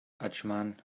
adschman